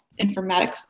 Informatics